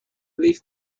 leaf